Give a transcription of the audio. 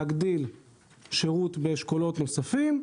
להגדיל שירות באשכולות נוספים,